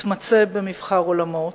התמצא במבחר עולמות.